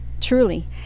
Truly